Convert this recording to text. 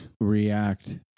react